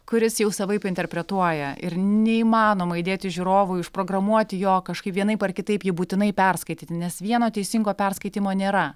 kuris jau savaip interpretuoja ir neįmanoma įdėti žiūrovui užprogramuoti jo kažkaip vienaip ar kitaip jį būtinai perskaityti nes vieno teisingo perskaitymo nėra